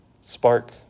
spark